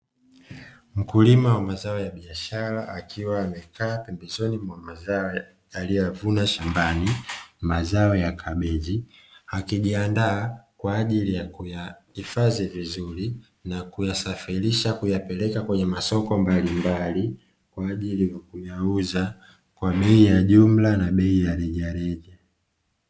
Mkulima wa mazao ya biashara akiwa amekaa pembezoni mwa mazao yaliyovuna shambani mazao ya kameji, akijiandaa kwa ajili ya kuyahifadhi vizuri na kuyasafirisha kuyapeleka kwenye masoko mbalimbali kwa ajili ya kuyauza kwa bei ya jumla na bei ya rejareja.